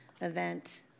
event